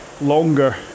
longer